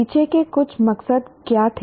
पीछे के कुछ मकसद क्या थे